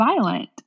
violent